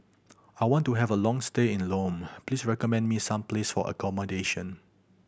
I want to have a long stay in Lome please recommend me some place for accommodation